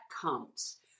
comes